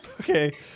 Okay